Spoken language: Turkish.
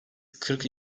kırk